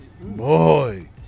Boy